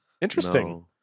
Interesting